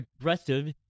aggressive